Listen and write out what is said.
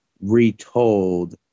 retold